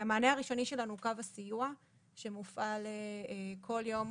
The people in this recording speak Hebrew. המענה הראשוני שלנו הוא קו הסיוע שמופעל כל יום